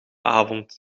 avond